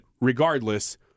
regardless